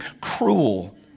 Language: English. cruel